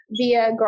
via